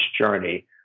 journey